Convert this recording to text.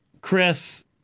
Chris